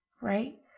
right